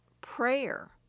prayer